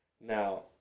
Now